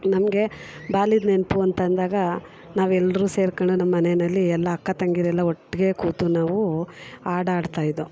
ನಮಗೆ ಬಾಲ್ಯದ ನೆನಪು ಅಂತ ಅಂದಾಗ ನಾವೆಲ್ಲರು ಸೇರ್ಕೊಂಡು ನಮ್ಮನೆಯಲ್ಲಿ ಎಲ್ಲ ಅಕ್ಕ ತಂಗಿಯರೆಲ್ಲ ಒಟ್ಟಿಗೆ ಕೂತು ನಾವು ಹಾಡು ಆಡ್ತಾಯಿದ್ದೋ